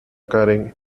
karen